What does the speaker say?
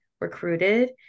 recruited